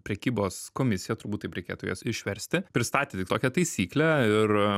prekybos komisija turbūt taip reikėtų juos išversti pristatyti tokią taisyklę ir